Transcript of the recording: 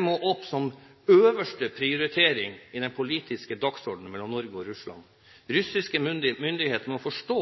må opp som øverste prioritering på den politiske dagsorden mellom Norge og Russland. Russiske myndigheter må forstå